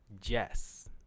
Jess